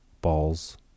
balls